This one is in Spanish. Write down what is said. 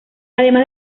además